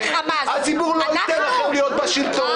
הציבור לא ייתן לכם להיות בשלטון.